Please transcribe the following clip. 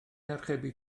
archebu